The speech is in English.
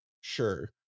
Sure